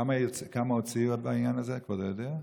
כמה הוציאו בעניין הזה, כבודו יודע?